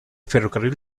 ferrocarril